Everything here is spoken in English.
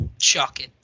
Shocking